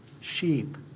sheep